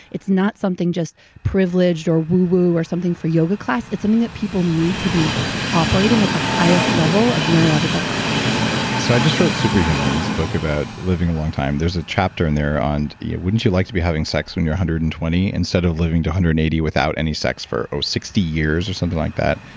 it's not something just privileged or woo-woo or something for yoga class it's something that people need to be operating at the highest level of neurological so i just wrote super human, a book about living a long time. there's a chapter in there on yeah wouldn't you like to be having sex when you're one hundred and twenty instead of living to one hundred and eighty without any sex for ah sixty years or something like that?